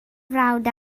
frawd